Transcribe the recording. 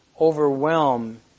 overwhelm